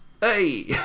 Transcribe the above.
Hey